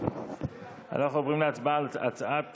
אנחנו עוברים להצבעה על הצעת